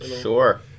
Sure